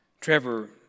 Trevor